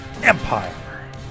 EMPIRE